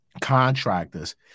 contractors